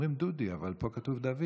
אומרים "דודי", אבל פה כתוב "דוד".